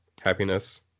Happiness